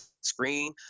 screen